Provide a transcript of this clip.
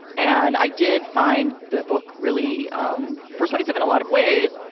and i did find the book really um persuasive in a lot of ways.